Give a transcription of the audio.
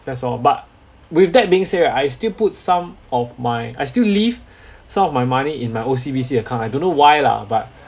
that's all but with that being said right I still put some of my I still leave some of my money in my O_C_B_C account I don't know why lah but